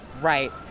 Right